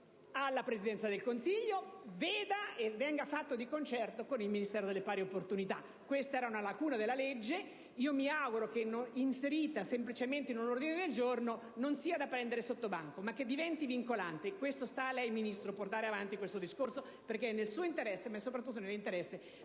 della Presidenza del Consiglio venga fatto di concerto con il Ministero per le pari opportunità. Questa era una lacuna della legge; mi auguro che, inserita semplicemente in un ordine del giorno, non sia presa sottobanco, ma che diventi vincolante. Sta a lei, Ministro, portare avanti questo discorso, perché è nel suo interesse, ma è soprattutto nell'interesse